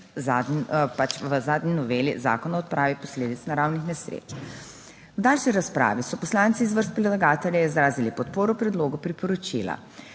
pač, v zadnji noveli Zakona o odpravi posledic naravnih nesreč. V daljši razpravi so poslanci iz vrst predlagatelja izrazili podporo predlogu priporočila.